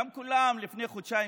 גם כולם לפני חודשיים,